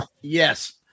Yes